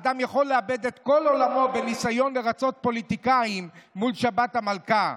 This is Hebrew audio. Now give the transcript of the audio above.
אדם יכול לאבד את כל עולמו בניסיון לרצות פוליטיקאים מול שבת המלכה.